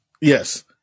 yes